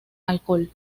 alcohol